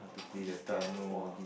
guitar !woah!